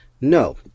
No